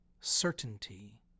certainty